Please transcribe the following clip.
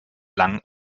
lang